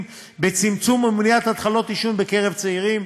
בצמצום ובמניעת התחלת עישון בקרב צעירים,